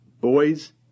boys